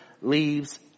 leaves